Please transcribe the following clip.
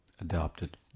adopted